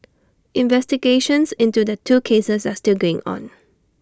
investigations into the two cases are still going on